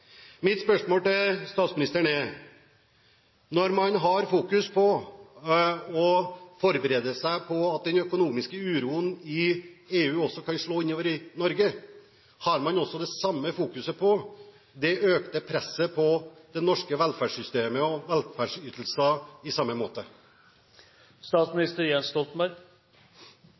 Mitt spørsmål til statsministeren er: Når man har fokus på og forbereder seg på at den økonomiske uroen i EU også kan slå inn over Norge, vil man ha det samme fokuset på det økte presset på det norske velferdssystemet og våre velferdsytelser?